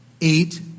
Eight